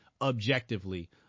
objectively